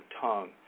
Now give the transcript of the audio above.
tongue